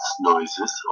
noises